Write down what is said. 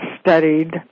studied